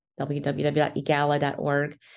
www.egala.org